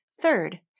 Third